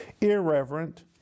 irreverent